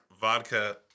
vodka